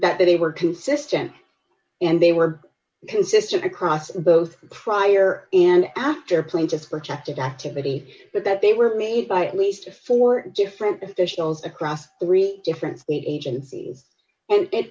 complaints that they were consistent and they were consistent across both prior and after play just protected activity but that they were made by at least four different officials across the real difference agencies and it